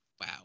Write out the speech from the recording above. Wow